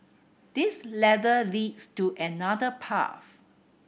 this ladder leads to another path